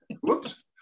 Whoops